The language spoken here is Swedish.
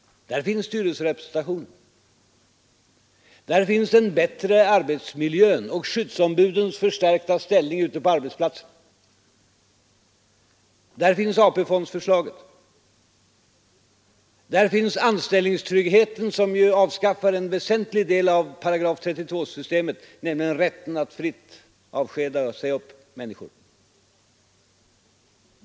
Där finns redan styrelserepresentationen, där finns den bättre arbetsmiljön och skyddsombudens förstärkta ställning ute på arbetsplatserna, där finns AP-fondsförslaget, där finns anställningstryggheten, som ju avskaffar en väsentlig del av § 32-systemet, nämligen rätten att fritt avskeda människor.